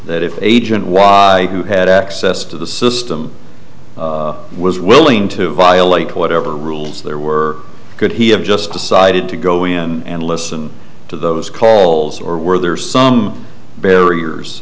that if agent was who had access to the system was willing to violate whatever rules there were could he have just decided to go in and listen to those calls or were there some barriers